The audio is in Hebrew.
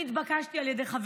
אני התבקשתי על ידי חברים,